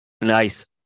Nice